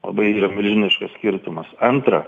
labai yra milžiniškas skirtumas antra